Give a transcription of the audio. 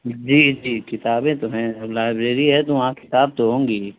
جی جی کتابیں تو ہیں جب لائبریری ہے تو وہاں کتاب تو ہوں گی ہی